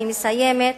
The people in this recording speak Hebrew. אני מסיימת.